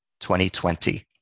2020